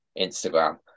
Instagram